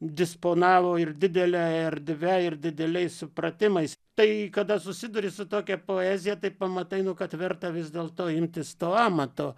disponavo ir didele erdve ir dideliais supratimais tai kada susiduri su tokia poezija tai pamatai nu kad verta vis dėlto imtis to amato